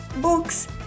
books